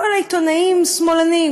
"כל העיתונאים שמאלנים",